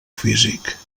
físic